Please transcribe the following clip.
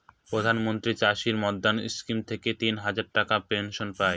প্রধান মন্ত্রী চাষী মান্ধান স্কিম থেকে তিন হাজার টাকার পেনশন পাই